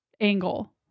angle